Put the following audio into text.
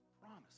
promise